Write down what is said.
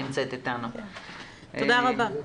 תודה רבה.